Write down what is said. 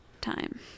time